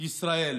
ישראל